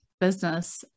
business